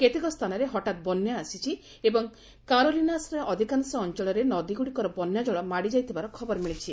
କେତେକ ସ୍ଥାନରେ ହଠାତ୍ ବନ୍ୟା ଆସିଛି ଏବଂ କାରୋଲିନାସ୍ର ଅଧିକାଂଶ ଅଞ୍ଚଳରେ ନଦୀଗ୍ରଡ଼ିକର ବନ୍ୟାଜଳ ମାଡ଼ିଯାଇଥିବାର ଖବର ମିଳିଛି